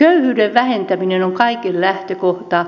köyhyyden vähentäminen on kaiken lähtökohta